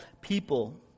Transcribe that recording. people